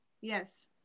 Yes